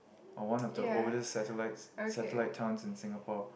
or one of the oldest satellites satellite towns in Singapore